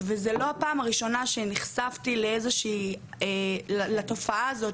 האלימות והפגיעה ברשתות הטכנולוגיות.